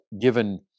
given